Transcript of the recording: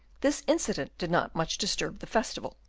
this incident did not much disturb the festival,